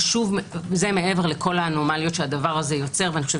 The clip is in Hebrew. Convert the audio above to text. זה מעבר לכל האנומליות שהדבר הזה יוצר ואני חושבת